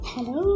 Hello